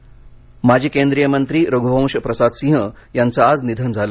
निधन माजी केंद्रीय मंत्री रघुवंश प्रसाद सिंह यांचं आज निधन झालं